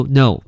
no